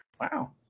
Wow